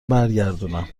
برگردونم